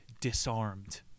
disarmed